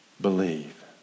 Believe